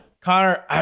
Connor